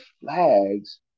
flags